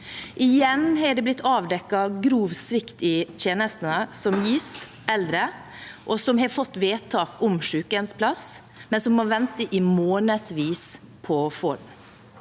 Igjen har det blitt avdekket grov svikt i tjenestene som gis til eldre som har fått vedtak om sykehjemsplass, men som må vente i månedsvis på å få det.